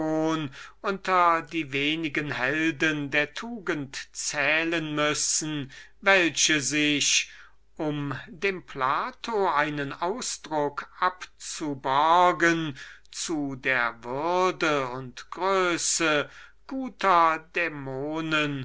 unter die wenigen helden und champions der tugend zählen müssen welche sich um dem plato einen ausdruck abzuborgen zu der würde und größe guter dämonen